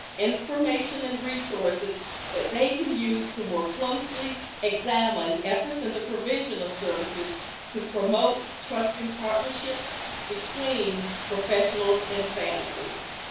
information and resources that they can use to more closely examine efforts in the provision of services to promote trusting partnerships between professionals and families.